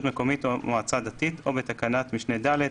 או בתקנת משנה (ד)